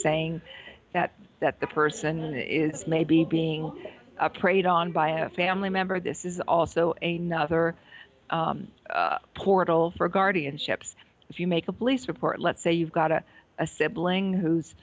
saying that that the person is maybe being preyed on by a family member this is also a nother portal for guardianships if you make a police report let's say you've got a a sibling who's